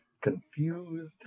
confused